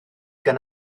gan